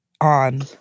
on